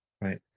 right